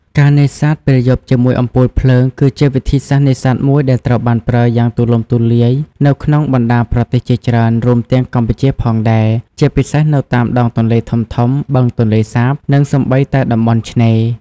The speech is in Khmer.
ការនេសាទពេលយប់ជាមួយអំពូលភ្លើង គឺជាវិធីសាស្រ្តនេសាទមួយដែលត្រូវបានប្រើយ៉ាងទូលំទូលាយនៅក្នុងបណ្តាប្រទេសជាច្រើន រួមទាំងកម្ពុជាផងដែរ ជាពិសេសនៅតាមដងទន្លេធំៗ បឹងទន្លេសាប និងសូម្បីតែតំបន់ឆ្នេរ។។